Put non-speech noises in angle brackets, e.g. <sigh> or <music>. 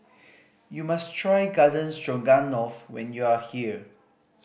<noise> you must try Garden Stroganoff when you are here